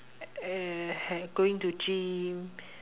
uh going to gym